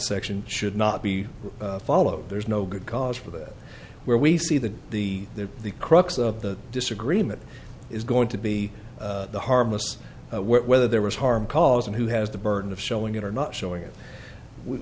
section should not be followed there is no good cause for that where we see the the the the crux of the disagreement is going to be the harmless whether there was harm cause and who has the burden of showing it or not showing it we